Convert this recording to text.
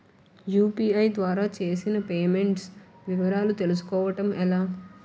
UPI ద్వారా చేసిన payments వివరాలు తెలుసుకోవటం ఎలా?